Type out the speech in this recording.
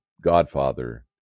Godfather